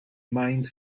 mined